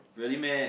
really meh